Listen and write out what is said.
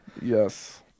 Yes